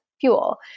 fuel